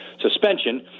suspension